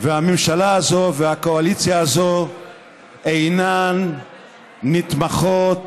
והממשלה הזו והקואליציה הזו אינן נתמכות